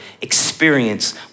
experience